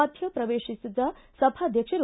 ಮಧ್ಯ ಪ್ರವೇಶಿಸಿದ ಸಭಾಧ್ಯಕ್ಷರು